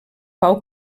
pau